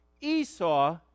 Esau